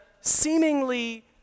seemingly